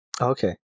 Okay